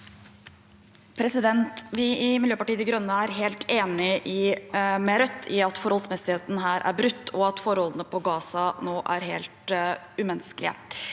Vi i Mil- jøpartiet De Grønne er helt enig med Rødt i at forholdsmessigheten her er brutt, og at forholdene på Gaza nå er helt umenneskelige.